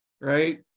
right